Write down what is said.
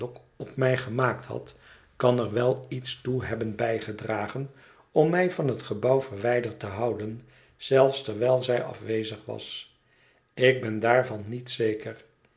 op mij gemaakt had kan er wel iets toe hebben bijgedragen om mij van het gebouw verwijderd te houden zelfs terwijl zij afwezig was ik ben daarvan niet zeker